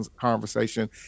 conversation